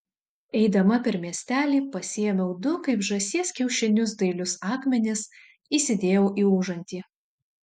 eidama per miestelį pasiėmiau du kaip žąsies kiaušinius dailius akmenis įsidėjau į užantį